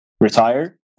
retire